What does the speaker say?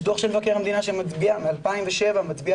יש דו"ח של מבקר המדינה מ-2007 שמצביע